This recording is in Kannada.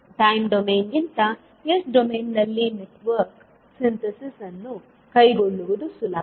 ಟೈಮ್ ಡೊಮೇನ್ಗಿಂತ ಎಸ್ ಡೊಮೇನ್ನಲ್ಲಿ ನೆಟ್ವರ್ಕ್ ಸಿಂಥೆಸಿಸ್ ಅನ್ನು ಕೈಗೊಳ್ಳುವುದು ಸುಲಭ